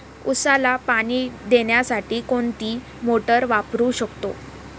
उसाला पाणी देण्यासाठी कोणती मोटार वापरू शकतो?